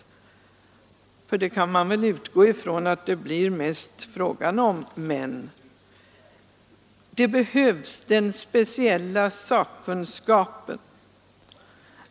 Man kan väl nämligen utgå från att det mest blir fråga om dem. Den speciella sakkunskapen behövs.